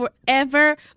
forever